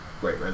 great